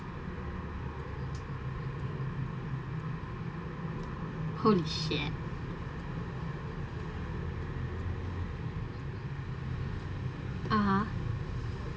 holy shit (uh huh)